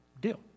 deal